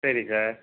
சரி சார்